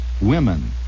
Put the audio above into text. women